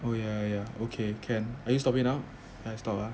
oh ya ya okay can are you stopping now I stop ah